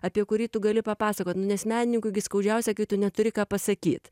apie kurį tu gali papasakot nu nes menininkui gi skaudžiausia kai tu neturi ką pasakyt